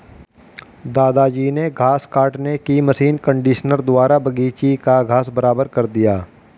दादाजी ने घास काटने की मशीन कंडीशनर द्वारा बगीची का घास बराबर कर दिया